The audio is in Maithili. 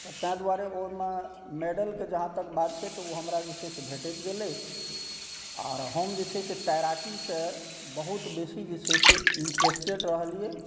तऽ ताहि दुआरे ओहिमे मेडलके जहाँ तक बात छै तऽ ओ हमरा जे छै से भेटैत गेलै आओर हम जे छै से तैराकीसँ बहुत बेसी जे छै से इन्टरेस्टेड रहलिए